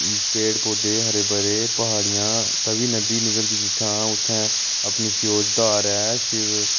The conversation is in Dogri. पेड़ पौधे हरे भरे प्हाड़ियां तवी नदी निकलदी जित्थूं उत्थै अपनी सियोजधार ऐ शिव